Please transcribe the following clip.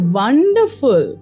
wonderful